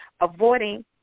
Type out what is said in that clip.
avoiding